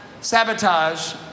sabotage